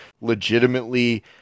legitimately